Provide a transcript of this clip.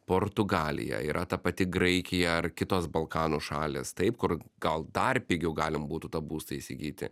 portugalija yra ta pati graikija ar kitos balkanų šalys taip kur gal dar pigiau galima būtų tą būstą įsigyti